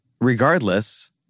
regardless